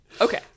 okay